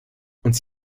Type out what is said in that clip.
uns